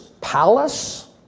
palace